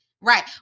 right